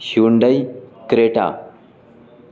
شیوونڈئی Creta